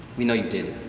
we know you did